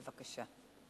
בבקשה.